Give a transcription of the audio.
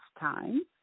time